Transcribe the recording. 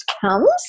comes